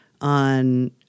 on